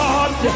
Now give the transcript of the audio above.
God